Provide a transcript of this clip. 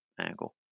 angle